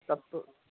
تب تو